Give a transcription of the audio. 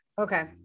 Okay